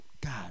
God